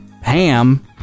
ham